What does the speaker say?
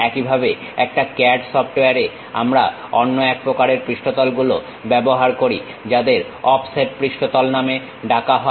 একইভাবে একটা CAD সফটওয়্যারে আমরা অন্য এক প্রকারের পৃষ্ঠতল গুলো ব্যবহার করি যাদের অফসেট পৃষ্ঠতল নামে ডাকা হয়